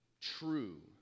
true